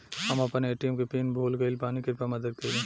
हम आपन ए.टी.एम के पीन भूल गइल बानी कृपया मदद करी